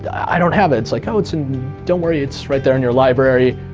i don't have it. it's like, oh, it's in don't worry. it's right there in your library.